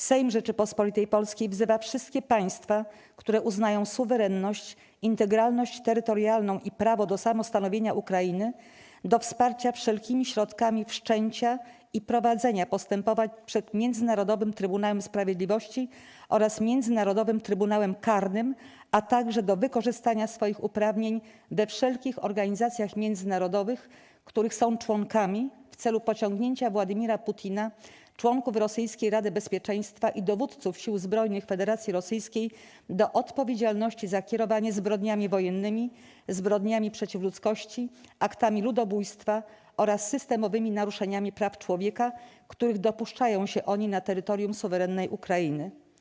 Sejm Rzeczypospolitej Polskiej wzywa wszystkie państwa, które uznają suwerenność, integralność terytorialną i prawo do samostanowienia Ukrainy, do wsparcia wszelkimi środkami wszczęcia i prowadzenia postępowań przed Międzynarodowym Trybunałem Sprawiedliwości oraz Międzynarodowym Trybunałem Karnym, a także do wykorzystania swoich uprawnień we wszelkich organizacjach międzynarodowych, których są członkami, w celu pociągnięcia Władimira Putina, członków rosyjskiej Rady Bezpieczeństwa i dowódców sił zbrojnych Federacji Rosyjskiej do odpowiedzialności za kierowanie zbrodniami wojennymi, zbrodniami przeciw ludzkości, aktami ludobójstwa oraz systemowymi naruszeniami praw człowieka, których dopuszczają się oni na terytorium suwerennej Ukrainy.